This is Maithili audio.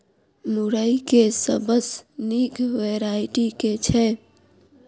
मुरई केँ सबसँ निक वैरायटी केँ छै?